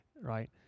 right